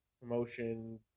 promotion